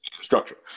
structure